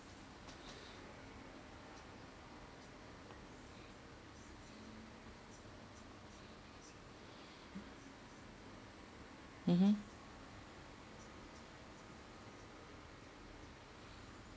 mmhmm